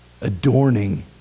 Adorning